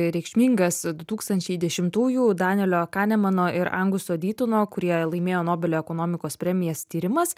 reikšmingas du tūkstančiai dešimtųjų danielio kanemano ir anguso dytuno kurie laimėjo nobelio ekonomikos premijas tyrimas